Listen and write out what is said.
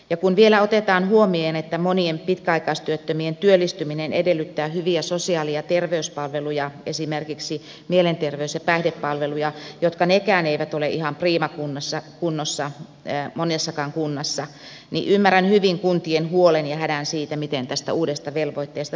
ja kun vielä otetaan huomioon että monien pitkäaikaistyöttömien työllistyminen edellyttää hyviä sosiaali ja terveyspalveluja esimerkiksi mielenterveys ja päihdepalveluja jotka nekään eivät ole ihan priimakunnossa monessakaan kunnassa niin ymmärrän hyvin kuntien huolen ja hädän siitä miten tästä uudesta velvoitteesta selvitään